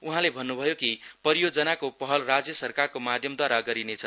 उहाँले भन्नुभयौ कि परियोजनाको पहल राज्य सरकारको माध्यमदूवारा गरिनेछ